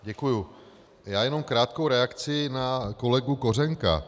Děkuji, já jenom krátkou reakci na kolegu Kořenka.